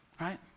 right